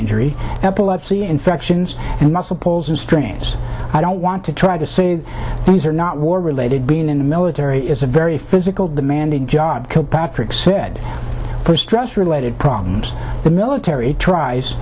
injury epilepsy infections and muscle pulls and strains i don't want to try to say these are not war related being in the military it's a very physical demanding job patrick said for stress related problems the military tries